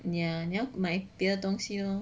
ya 你要买别的东西 lor